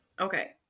Okay